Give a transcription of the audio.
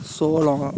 சோளம்